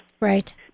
Right